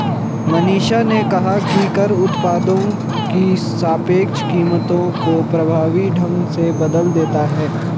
मनीषा ने कहा कि कर उत्पादों की सापेक्ष कीमतों को प्रभावी ढंग से बदल देता है